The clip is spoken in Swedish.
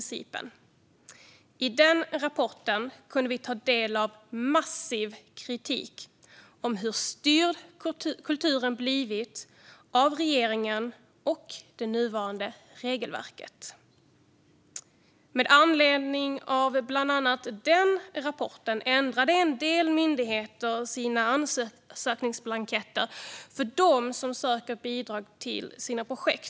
I den rapporten kunde vi ta del av massiv kritik om hur styrd kulturen blivit av regeringen och det nuvarande regelverket. Med anledning av bland annat den rapporten ändrade en del myndigheter sina ansökningsblanketter för dem som söker bidrag till sina projekt.